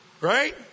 Right